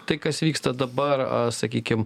tai kas vyksta dabar sakykim